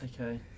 Okay